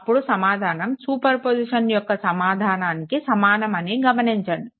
అప్పుడు సమాధానం superposition యొక్క సమాధానానికి సమానం అని గమనించండి